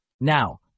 Now